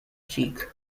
cheek